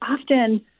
often